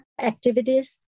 activities